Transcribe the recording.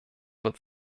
wird